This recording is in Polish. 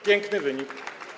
Piękny wynik.